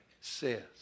says